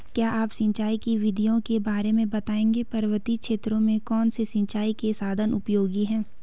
क्या आप सिंचाई की विधियों के बारे में बताएंगे पर्वतीय क्षेत्रों में कौन से सिंचाई के साधन उपयोगी हैं?